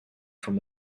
from